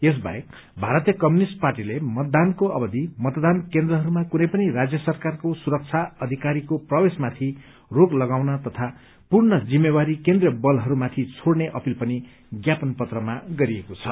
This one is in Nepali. यस बाहेक भारतीय कम्युनिष्ट पार्टीले मतदानको अवधि मतदान केन्द्रहरूमा कुनै पनि राज्य सरकारको सुरक्षाा अधिकारीको प्रवेशमाथि रोक लगाउन तथा पूर्ण जिम्मेवारी केन्द्रीय बलहरूमाथि छोड़ने अपील पनि ज्ञापन पत्रमा गरिएको छ